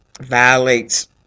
violates